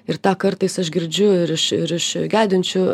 ir tą kartais aš girdžiu ir iš ir iš gedinčių